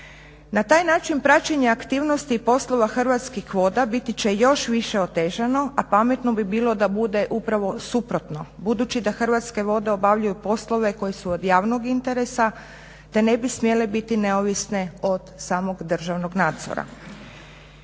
Na taj način praćenje aktivnosti i poslova Hrvatskih voda biti će još više otežano a pametno bi bilo da bude upravo suprotno. Budući da Hrvatske vode obavljaju poslove koji su od javnog interesa te ne bi smjele biti neovisne od samog državnog nadzora.